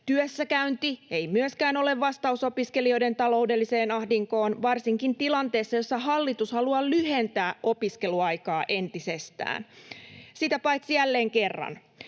Työssäkäynti ei myöskään ole vastaus opiskelijoiden taloudelliseen ahdinkoon varsinkaan tilanteessa, jossa hallitus haluaa lyhentää opiskeluaikaa entisestään. Sitä paitsi — jälleen kerran